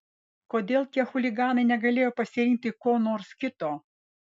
kodėl tie chuliganai negalėjo pasirinkti ko nors kito